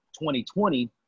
2020